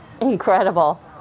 incredible